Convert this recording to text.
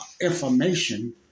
information